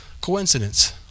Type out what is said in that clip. coincidence